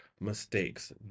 mistakes